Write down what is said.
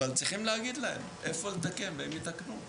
אבל צריכים להגיד להם איפה לתקן והם יתקנו.